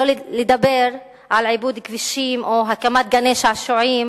שלא לדבר על עיבוד כבישים או הקמת גני-שעשועים,